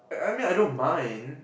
I I mean I don't mind